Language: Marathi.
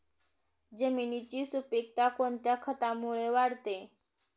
जमिनीची सुपिकता कोणत्या खतामुळे वाढते?